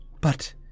But